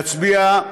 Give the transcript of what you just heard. להצביע,